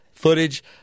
Footage